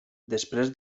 després